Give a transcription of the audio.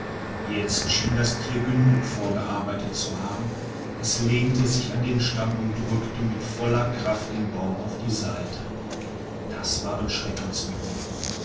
jetzt schien das tier genug vorgearbeitet zu haben es lehnte sich an den stamm und drückte mit voller kraft den baum auf die seite das waren